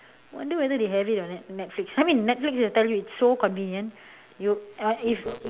wonder whether they have it on net netflix I mean netflix I tell you it's so convenient you err if